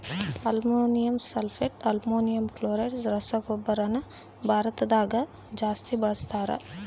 ammonium sulphate, ammonium chloride ರಸಗೊಬ್ಬರನ ಭಾರತದಗ ಜಾಸ್ತಿ ಬಳಸ್ತಾರ